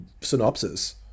synopsis